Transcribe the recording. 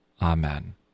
Amen